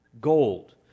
gold